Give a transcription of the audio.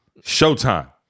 Showtime